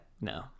No